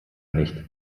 nicht